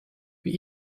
wie